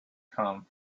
come